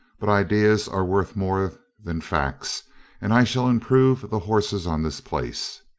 but ideals are worth more than facts and i shall improve the horses on this place.